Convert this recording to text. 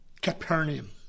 Capernaum